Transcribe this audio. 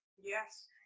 Yes